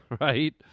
right